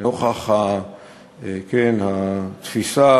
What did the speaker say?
לנוכח התפיסה